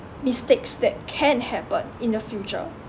mistakes that can happen in the future